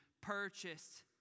purchased